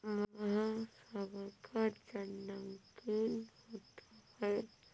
महासागर का जल नमकीन होता है